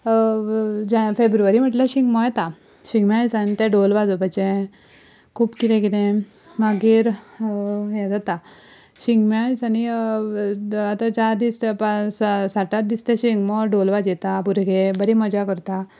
फेब्रुवरी म्हणल्यार शिगमो येता शिगम्या दिसांनी ते डोल वाजोवपाचे खूब कितें कितें मागीर हें जाता शिगम्या दिसांनी आतां चार दीस सात आठ दीस ते सिगमो डोल वाजयता भुरगे बरी मजा करता